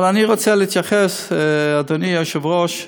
אבל אני רוצה להתייחס, אדוני היושב-ראש,